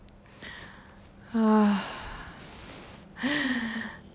uh